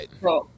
right